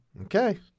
Okay